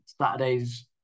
Saturday's